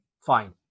fine